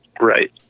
Right